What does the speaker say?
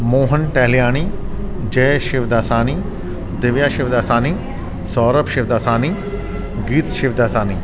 Mohan Tahilyani Jai Shivdasani Divya Shivdasani Saurabh Shivdasani Geet Shivdasani